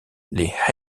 les